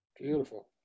beautiful